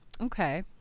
Okay